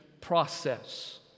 process